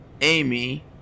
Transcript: Amy